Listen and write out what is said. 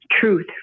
Truth